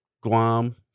Guam